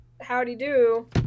Howdy-do